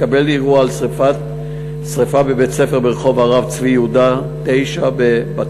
התקבל דיווח על שרפה בבית-ספר ברחוב הרב צבי יהודה 9 בבת-ים.